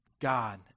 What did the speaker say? God